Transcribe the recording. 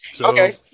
Okay